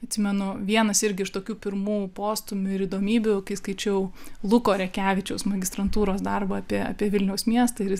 atsimenu vienas irgi iš tokių pirmų postūmių ir įdomybių kai skaičiau luko rekevičiaus magistrantūros darbą apie apie vilniaus miestą ir jis